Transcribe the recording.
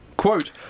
Quote